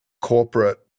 corporate